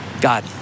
God